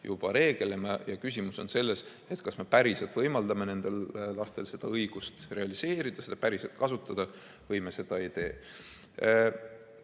juba reegel. Küsimus on selles, kas me päriselt võimaldame nendel lastel seda õigust realiseerida, seda päriselt kasutada, või me seda ei tee.